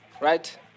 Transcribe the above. right